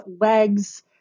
legs